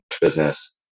business